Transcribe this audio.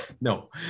No